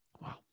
Wow